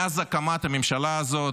מאז הקמת הממשלה הזאת,